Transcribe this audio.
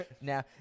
Now